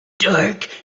dark